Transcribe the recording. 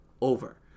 over